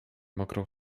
mokrą